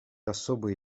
особые